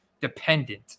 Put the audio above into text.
dependent